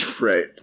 Right